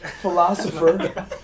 philosopher